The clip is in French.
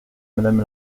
madame